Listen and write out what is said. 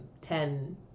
ten